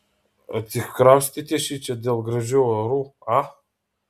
atsikraustėte šičia dėl gražių orų a